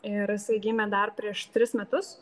ir jisai gimė dar prieš tris metus